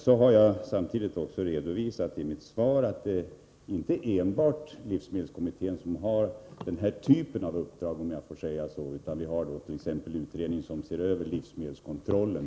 Jag har också i mitt svar redovisat att det inte är enbart livsmedelskommittén som har den här typen av uppdrag. Vi hart.ex. en utredning som ser över livsmedelskontrollen.